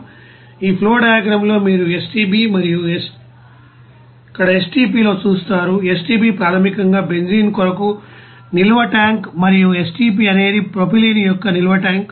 ఈ ఫ్లోడయగ్రామ్లో మీరు STB మరియు ఇక్కడ STP లో చూస్తారు STB ప్రాథమికంగా బెంజీన్ కొరకు నిల్వ ట్యాంక్ మరియు STP అనేది ప్రొపైలిన్ యొక్క నిల్వ ట్యాంక్